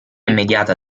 immediata